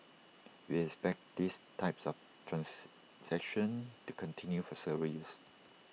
we expect these types of transactions to continue for several years